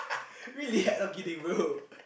really I not kidding bro